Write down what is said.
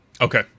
Okay